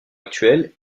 actuel